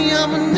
I'ma